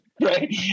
right